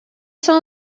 são